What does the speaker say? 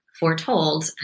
foretold